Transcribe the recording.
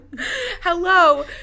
Hello